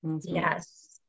yes